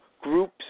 groups